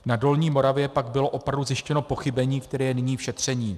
Na Dolní Moravě pak bylo opravdu zjištěno pochybení, které je nyní v šetření.